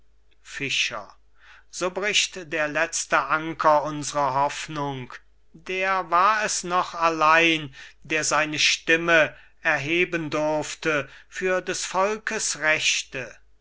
fischer so bricht der letzte anker unsrer hoffnung der war es noch allein der seine stimme erheben durfte für des volkes rechte